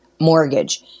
mortgage